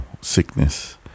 sickness